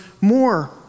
more